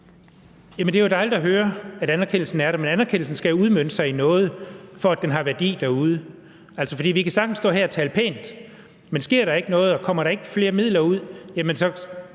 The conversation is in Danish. det er dejligt at høre, at anerkendelsen er der, men anerkendelsen skal jo udmønte sig i noget, for at den har værdi derude. Vi kan sagtens stå her og tale pænt om det, men sker der ikke noget, og kommer der ikke flere midler ud,